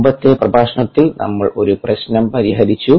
മുമ്പത്തെ പ്രഭാഷണത്തിൽ നമ്മൾ ഒരു പ്രശ്നം പരിഹരിച്ചു